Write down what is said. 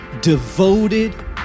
devoted